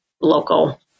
local